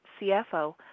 CFO